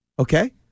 Okay